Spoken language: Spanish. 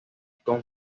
con